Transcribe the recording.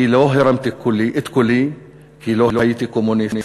אני לא הרמתי את קולי כי לא הייתי קומוניסט.